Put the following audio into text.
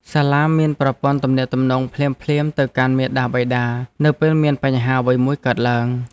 សាលាមានប្រព័ន្ធទំនាក់ទំនងភ្លាមៗទៅកាន់មាតាបិតានៅពេលមានបញ្ហាអ្វីមួយកើតឡើង។